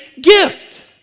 gift